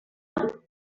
thummim